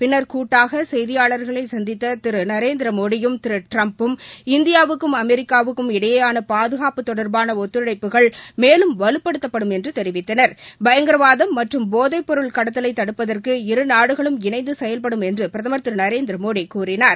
பின்னர் கூட்டாக செய்தியாளர்களை சந்தித்த திரு நரேந்திரமோடியும் திரு ட்டிரம்பும் இந்தியாவுக்கும் அமெரிக்காவுக்கும் இடையேயான பாதுகாப்பு தொடர்பான ஒத்துழைப்புகள் மேலும் வலுப்படுத்தப்படும் என்று தெரிவித்தனர் பயங்கரவாதம் மற்றும் போதைப் பொருள் கடத்தலை தடுப்பதற்கு இரு நாடுகளும் இணைந்து செயல்படும் என்று பிரதமர் திரு நரேந்திரமோடி கூறினார்